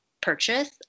purchase